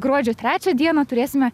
gruodžio trečią dieną turėsime